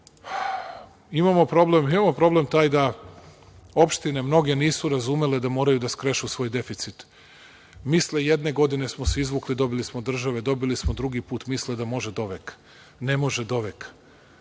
imamo problem taj da opštine mnoge nisu razumele da moraju da skrešu svoj deficit. Misle jedne godine smo se izvukli, dobili smo od države, dobili smo drugi put, misle da može doveka. Ne može doveka.